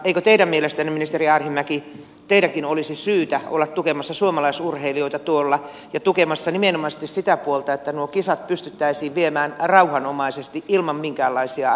eikö teidän mielestänne ministeri arhinmäki teidänkin olisi syytä olla tukemassa suomalaisurheilijoita tuolla ja olla tukemassa nimenomaisesti sitä puolta että nuo kisat pystyttäisiin viemään rauhanomaisesti ilman minkäänlaisia atakkeja läpi